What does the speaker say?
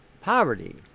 poverty